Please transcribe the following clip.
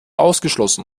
ausgeschlossen